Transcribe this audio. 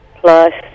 plus